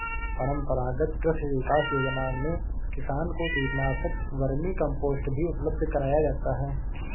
परम्परागत कृषि विकास योजना में किसान को कीटनाशक, वर्मीकम्पोस्ट भी उपलब्ध कराया जाता है